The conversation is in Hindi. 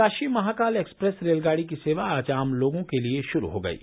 काशी महाकाल एक्सप्रेस रेलगाड़ी की सेवा आज आम लोगों के लिए शुरू हो गई है